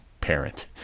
parent